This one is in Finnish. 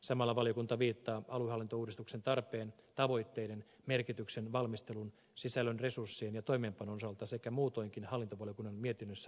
samalla valiokunta viittaa aluehallintouudistuksen tarpeen tavoitteiden merkityksen valmistelun sisällön resurssien ja toimeenpanon osalta sekä muutoinkin hallintovaliokunnan mietinnössä lausuttuun